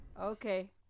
Okay